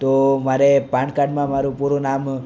તો મારે પાન કાર્ડમાં મારું પૂરું નામ